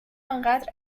آنقدر